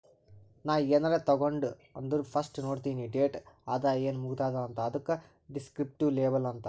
ನಾ ಏನಾರೇ ತಗೊಂಡ್ ಅಂದುರ್ ಫಸ್ಟ್ ನೋಡ್ತೀನಿ ಡೇಟ್ ಅದ ಏನ್ ಮುಗದೂದ ಅಂತ್, ಅದುಕ ದಿಸ್ಕ್ರಿಪ್ಟಿವ್ ಲೇಬಲ್ ಅಂತಾರ್